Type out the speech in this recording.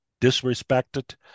disrespected